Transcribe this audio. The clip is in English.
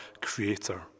creator